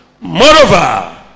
Moreover